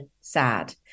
sad